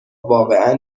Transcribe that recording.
واقعا